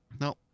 No